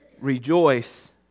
Rejoice